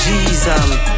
Jesus